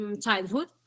childhood